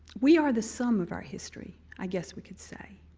we are the sum of our history, i guess we could say.